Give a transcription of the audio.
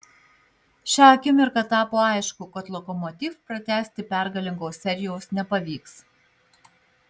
šią akimirką tapo aišku kad lokomotiv pratęsti pergalingos serijos nepavyks